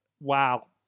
wow